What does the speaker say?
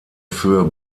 für